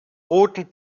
roten